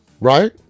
right